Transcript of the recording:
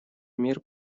мер